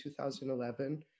2011